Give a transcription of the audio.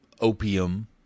opium